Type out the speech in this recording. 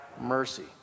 mercy